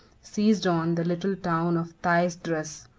seized on the little town of thysdrus,